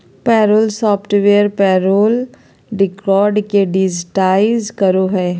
payroll software payroll record के digitise करो हइ